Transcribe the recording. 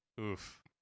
Oof